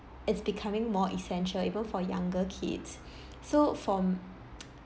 it's becoming more essential even for younger kids so from